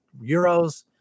euros